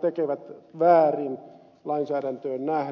tekevät väärin lainsäädäntöön nähden